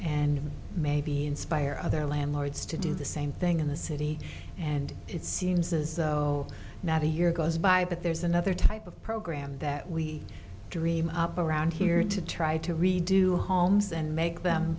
and maybe inspire other landlords to do the same thing in the city and it seems as though not a year goes by but there's another type of program that we dream up around here to try to redo homes and make them